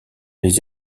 les